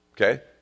Okay